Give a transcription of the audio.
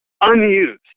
unused